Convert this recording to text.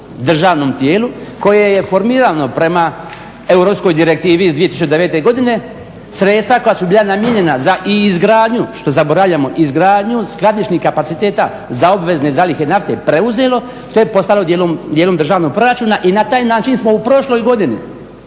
državnom tijelu koje je formirano prema europskoj direktivi iz 2009. godine sredstva koja su bila namijenjena za izgradnju što zaboravljamo, izgradnju skladišnih kapaciteta za obvezne zalihe nafte preuzelo te postalo dijelom državnog proračuna i na taj način smo u prošloj godini